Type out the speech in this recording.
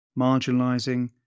marginalizing